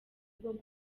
bwo